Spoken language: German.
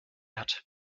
hat